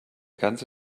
ganze